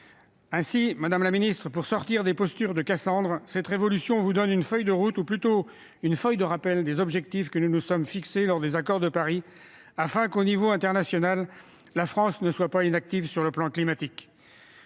Aussi, madame la secrétaire d'État, pour sortir des postures de Cassandre, cette résolution vous donne une feuille de route, ou plutôt une feuille de rappel des objectifs que nous nous sommes fixés lors des accords de Paris, afin que la France ne soit pas inactive sur le plan climatique